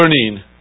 learning